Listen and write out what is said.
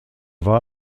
war